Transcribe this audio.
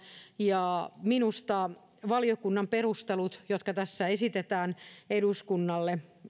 minusta valiokunnan perustelut jotka tässä esitetään eduskunnalle